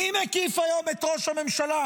מי מקיף היום את ראש הממשלה?